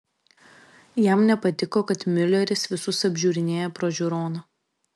jam nepatiko kad miuleris visus apžiūrinėja pro žiūroną